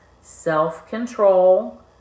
self-control